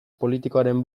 politikoaren